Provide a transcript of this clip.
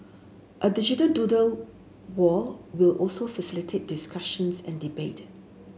a digital doodle wall will also facilitate discussions and debate